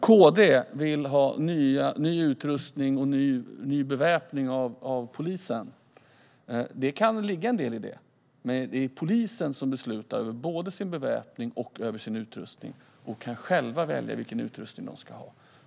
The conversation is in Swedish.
KD vill att polisen ska ha ny utrustning och ny beväpning. Det kan ligga en del i det. Men det är polisen som beslutar om både sin beväpning och sin utrustning. De kan själva välja vilken utrustning de ska ha.